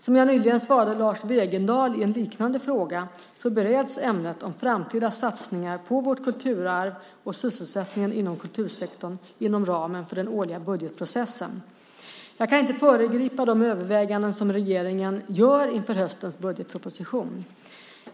Som jag nyligen svarade Lars Wegendal i en liknande fråga bereds ämnet om framtida satsningar på vårt kulturarv och sysselsättningen inom kultursektorn inom ramen för den årliga budgetprocessen. Jag kan inte föregripa de överväganden som regeringen gör inför höstens budgetproposition.